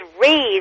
raised